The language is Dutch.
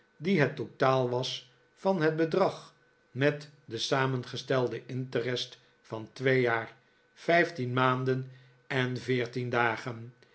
die het totaal was van het bedrag met den samengestelden interest van twee jaar vijftien maanden en veertien dagen